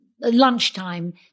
lunchtime